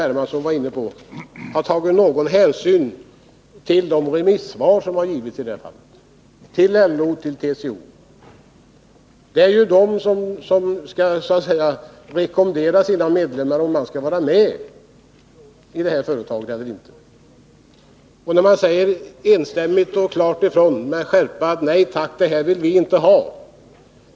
Hermansson var inne på —' har tagit någon hänsyn till de remissvar som har avgivits, i det här fallet till LO:s och TCO:s svar, där man tar ställning till om man skall rekommendera sina medlemmar att vara med i det här sparandet eller inte. Och när remissinstanserna enstämmigt och med skärpa säger ifrån: Nej tack, det här vill vi inte ha!